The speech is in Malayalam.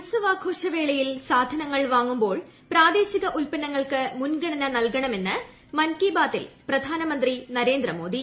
ഉത്സവാഘോഷവേളയിൽ സാധനങ്ങൾ വാങ്ങുമ്പോൾ പ്രാദേശിക ഉത്പന്നങ്ങൾക്ക് മുൻഗണന നൽകണമെന്ന് മൻ കി ബാത്തിൽ പ്രധാനമന്ത്രി നരേന്ദ്രമോദി